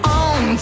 on